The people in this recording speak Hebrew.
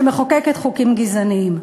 שמחוקקת חוקים גזעניים.